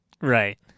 Right